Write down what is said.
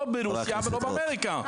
לא ברוסיה ולא באמריקה,